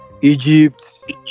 egypt